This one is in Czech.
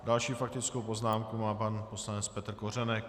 Další faktickou poznámku má pan poslanec Petr Kořenek.